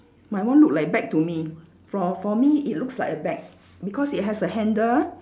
mine one look like bag to me for for me it looks like a bag because it has a handle